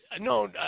No